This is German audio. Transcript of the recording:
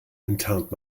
enttarnt